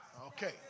Okay